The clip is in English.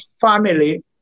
family